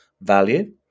value